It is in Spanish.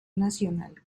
nacional